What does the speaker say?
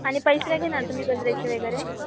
आणि पैसे नाही घेणार तुम्ही गजऱ्याचे वगैरे